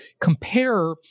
compare